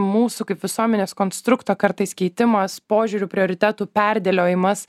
mūsų kaip visuomenės konstrukto kartais keitimas požiūrių prioritetų perdėliojimas